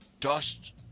Dust